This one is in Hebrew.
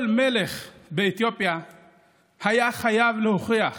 כל מלך באתיופיה היה חייב להוכיח